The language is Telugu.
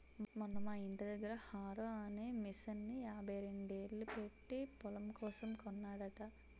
మొన్న మా యింటి దగ్గర హారో అనే మిసన్ని యాభైరెండేలు పెట్టీ పొలం కోసం కొన్నాడట